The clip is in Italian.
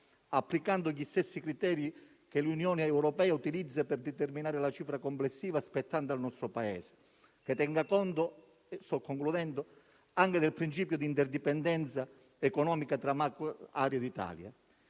applicando gli stessi criteri che l'Unione europea utilizza per determinare la cifra complessiva spettante al nostro Paese, che tenga conto anche del principio di interdipendenza economica tra macro-aree d'Italia.